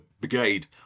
brigade